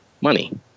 money